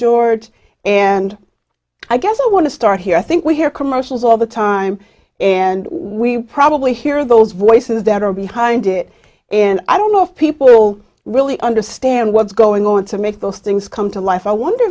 george and i guess i want to start here i think we hear commercials all the time and we probably hear those voices that are behind it and i don't know if people will really understand what's going on to make those things come to life i wonder